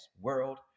world